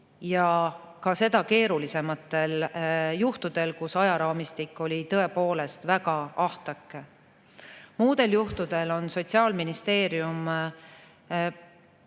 ja seda ka keerulisematel juhtudel, kus ajaraamistik oli tõepoolest väga ahtake. Muudel juhtudel on Sotsiaalministeerium pidanud